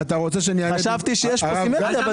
חשבתי שיש סימטריה בדיון.